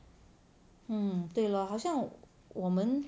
mm 对 lor 好像我们